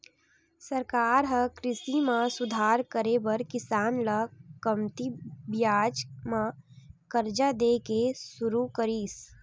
सरकार ह कृषि म सुधार करे बर किसान ल कमती बियाज म करजा दे के सुरू करिस